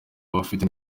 abifite